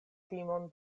timon